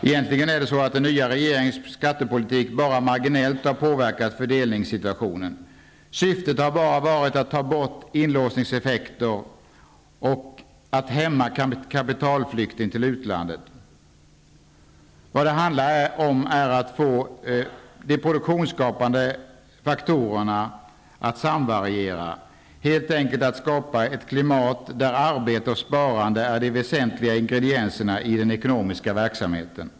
Egentligen har den nya regeringens skattepolitik bara marginellt påverkat fördelningssituationen. Syftet har bara varit att ta bort inlåsningseffekter och att hämma kapitalflykt till utlandet. Vad det handlar om är att få de produktionsskapande faktorerna att samvariera. Det gäller helt enkelt att skapa ett klimat där arbete och sparande är de väsentliga ingredienserna i den ekonomiska verksamheten.